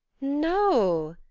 no.